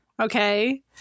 Okay